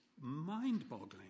mind-boggling